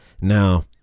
Now